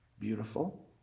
beautiful